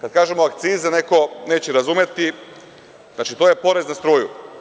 Kada kažemo akcize neko neće razumeti, znači to je porez na struju.